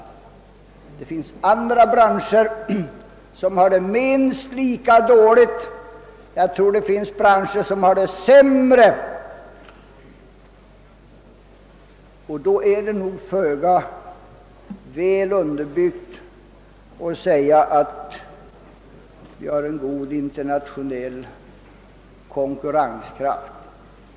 Men det finns andra branscher som har det minst lika dåligt eller ännu sämre. Med hänsyn härtill är det föga väl underbyggt att säga att vi har en god internationell konkurrenskraft.